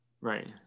Right